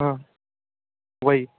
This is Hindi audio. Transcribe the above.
हाँ वही